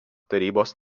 tarybos